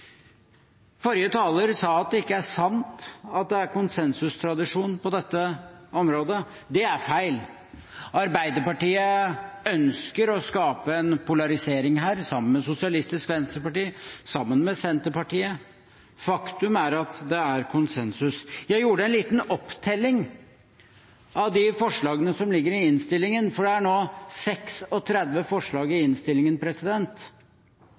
Forrige taler sa at det ikke er sant at det er konsensustradisjon på dette området. Det er feil. Arbeiderpartiet ønsker å skape en polarisering her, sammen med Sosialistisk Venstreparti og Senterpartiet. Faktum er at det er konsensus. Jeg gjorde en liten opptelling av de forslagene som ligger i innstillingen, for det er nå 36 forslag i innstillingen.